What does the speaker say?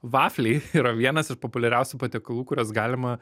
vafliai yra vienas iš populiariausių patiekalų kuriuos galima